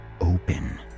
open